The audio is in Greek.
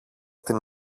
την